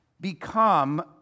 become